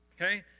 Okay